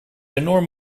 enorm